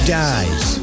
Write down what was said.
dies